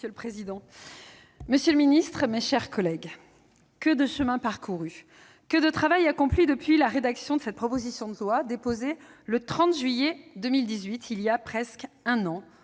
Monsieur le président, monsieur le ministre, mes chers collègues, que de chemin parcouru ! Que de travail accompli depuis la rédaction de cette proposition de loi déposée le 30 juillet 2018, voilà presque un an,